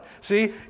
See